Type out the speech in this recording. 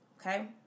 Okay